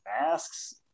masks